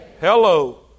Hello